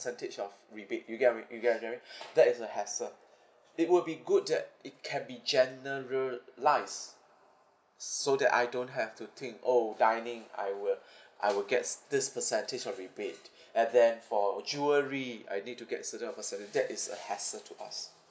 percentage of rebate you get what I mean you get what I'm driving that is a hassle it would be good that it can be generalise so that I don't have to think oh dining I would I would gets this percentage of rebate and then for jewellery I need to get a certain of percentage that is a hassle to us